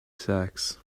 sacks